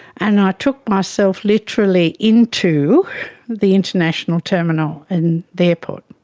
and i took myself literally into the international terminal in the airport.